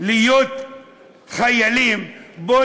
להיות חיילים, בוא